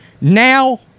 now